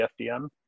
FDM